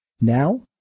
Now